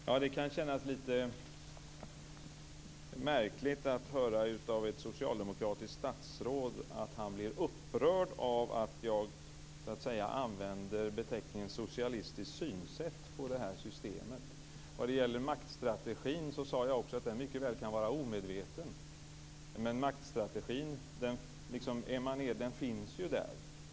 Fru talman! Det känns lite märkligt att höra av ett socialdemokratiskt statsråd att han blir upprörd över att jag använder beteckningen socialistiskt synsätt på det här systemet. När det gäller maktstrategin sade jag också att den mycket väl kan vara omedveten. Men maktstrategin finns ju där.